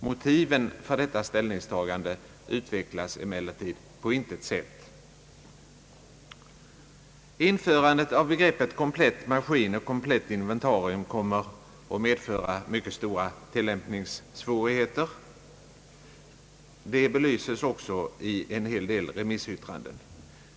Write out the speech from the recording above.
Motiven för detta ställningstagande utvecklas emellertid inte på något sätt. Införandet av begreppen »komplett maskin» och »komplett inventarium» kommer att medföra mycket stora tilllämpningssvårigheter. Det belyses i en del remissyttranden.